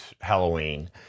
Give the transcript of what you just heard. Halloween